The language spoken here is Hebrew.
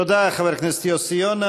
תודה לחבר הכנסת יוסי יונה.